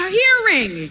hearing